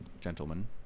Gentlemen